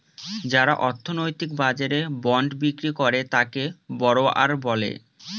যারা অর্থনৈতিক বাজারে বন্ড বিক্রি করে তাকে বড়োয়ার বলে